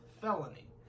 felony